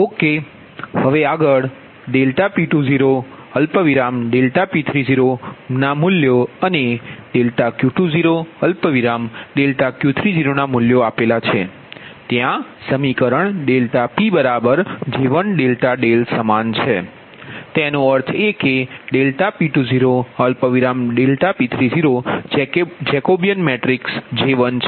okay હવે આગળ ∆P20 ∆P30 મૂલ્યો અને ∆Q20 ∆Q30મૂલ્યો છે ત્યાં સમીકરણ ∆P J1∆δ સમાન છે તેથી તેનો અર્થ એ કે ∆P20 ∆P30 Jacobian matrix J1 છે